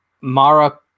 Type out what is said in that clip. Mara